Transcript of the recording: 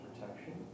protection